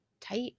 tight